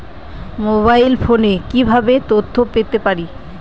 Mobile ফোনে কিভাবে তথ্য পেতে পারি?